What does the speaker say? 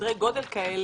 בסדרי גודל כזה